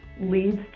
leads